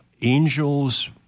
angels